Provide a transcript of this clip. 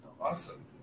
Awesome